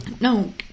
No